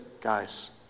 guys